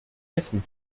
hessen